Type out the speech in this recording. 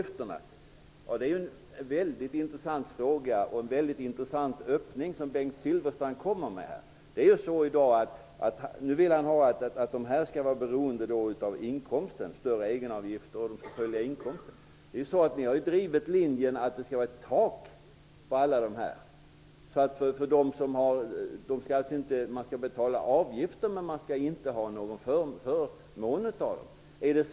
Frågan om egenavgifterna är mycket intressant. Bengt Silfverstrand kommer med en mycket intressant öppning. Han vill att egenavgifterna skall följa inkomsten. Ni har ju drivit linjen att det skall finnas ett tak. Man skall betala avgifter men man skall inte ha någon förmån av dem.